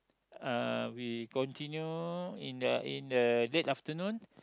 uh we continue in the in the late afternoon